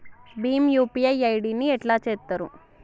Bhim UPI ID ని ఎట్లా చేత్తరు?